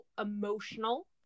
emotional